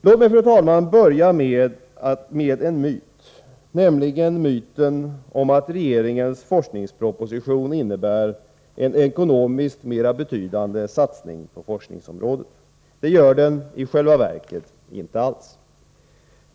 Låt mig, fru talman, börja med en myt, nämligen myten om att regeringens forskningsproposition innebär en ekonomisk mera betydande satsning på forskningsområdet — det gör den i själva verket inte alls.